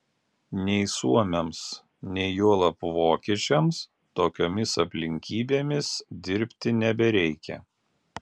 nei suomiams nei juolab vokiečiams tokiomis aplinkybėmis dirbti nebereikia